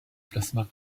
plasma